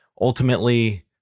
ultimately